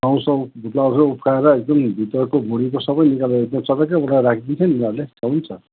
रौँ सौँ भुत्लासुत्ला उक्काएर एकदम भित्रको भुँडीको सबै निकालेर त्यो चटक्कै बनाएर राख्दिन्छ नि उनीहरूले छ